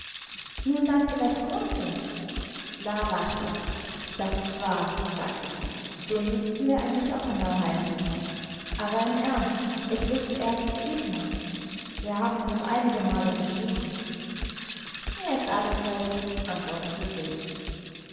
nun dann vielleicht grunthe la lachte das ist wahr sagte sie den müßten wir eigentlich auch einmal heimsuchen aber im ernst ich will zuerst zu isma wir haben uns einigemal geschrieben mir ist alles recht antwortete se